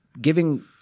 giving